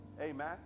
Amen